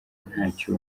ntacyo